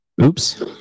Oops